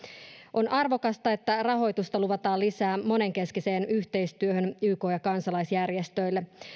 on arvokasta että rahoitusta luvataan lisää monenkeskiseen yhteistyöhön yk ja kansalaisjärjestöille